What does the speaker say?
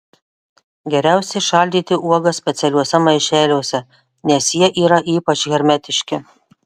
geriausiai šaldyti uogas specialiuose maišeliuose nes jie yra ypač hermetiški